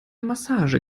massage